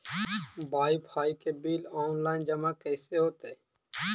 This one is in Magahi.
बाइफाइ के बिल औनलाइन जमा कैसे होतै?